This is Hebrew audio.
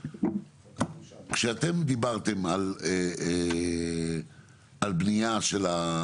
כשאתם דיברתם על בנייה של,